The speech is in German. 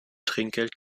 trinkgeld